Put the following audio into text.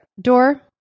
Door